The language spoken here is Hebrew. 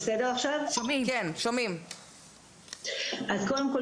קודם כל,